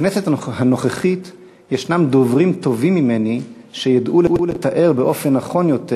בכנסת הנוכחית ישנם דוברים טובים ממני שידעו לתאר באופן נכון יותר